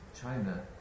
China